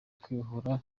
kwibohoza